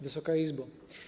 Wysoka Izbo!